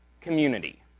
community